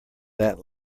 that